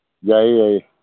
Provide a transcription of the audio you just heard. ꯌꯥꯏꯌꯦ ꯌꯥꯏꯌꯦ